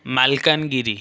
Malkangiri